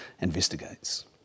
investigates